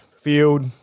field